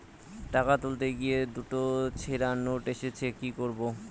টাকা তুলতে গিয়ে দুটো ছেড়া নোট এসেছে কি করবো?